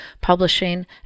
publishing